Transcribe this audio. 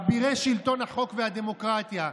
אבירי שלטון החוק והדמוקרטיה,